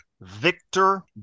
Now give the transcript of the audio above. Victor